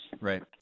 Right